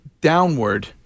downward